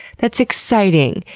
that's exciting.